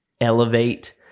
Elevate